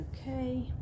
okay